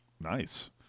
nice